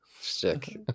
stick